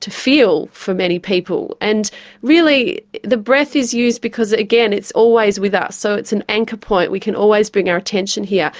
to feel for many people. and really the breath is used because, again, it's always with us, so it's an anchor point, we can always bring our attention here.